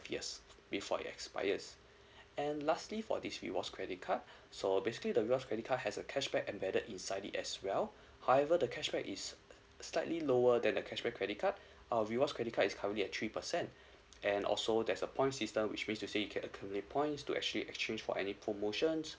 years before it expires and lastly for this rewards credit card so basically the rewards credit card has a cashback embedded inside it as well however the cashback is slightly lower than the cashback credit card our rewards credit card is currently at three percent and also there's a point system which mean you say you can accumulate points to actually exchange for any promotions